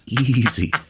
easy